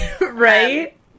right